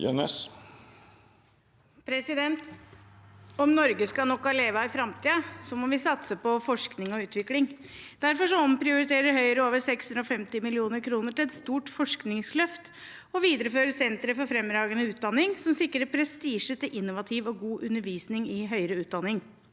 Om Norge skal ha nok å leve av i framtiden, må vi satse på forskning og utvikling. Derfor omprioriterer Høyre over 650 mill. kr til et stort forskningsløft og viderefører sentre for fremragende utdanning, noe som sikrer prestisje til innovativ og god undervisning i høyere utdanning.